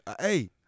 Hey